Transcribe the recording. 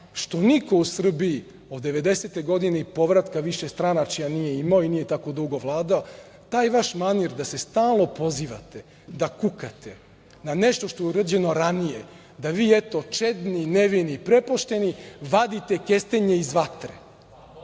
što niko u Srbiji od 1990. godine i povratka višestranačja nije imao i nije tako dugo vladao, taj vaš manir da se stalno pozivate, da kukate na nešto što je urađeno ranije da vi eto čedni, nevini, prepušteni vadite kestenje iz vatre,